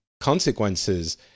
consequences